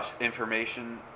information